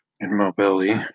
mobility